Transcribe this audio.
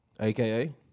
AKA